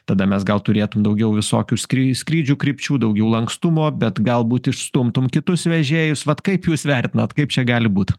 tada mes gal turėtum daugiau visokių skry skrydžių krypčių daugiau lankstumo bet galbūt išstumtum kitus vežėjus vat kaip jūs vertinat kaip čia gali būt